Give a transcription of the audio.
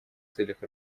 целях